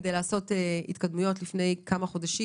כדי לעשות התקדמויות לפני כמה חודשים